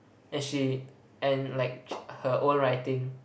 and she and like her own writing